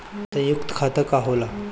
सयुक्त खाता का होला?